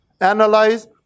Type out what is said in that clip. analyze